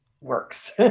works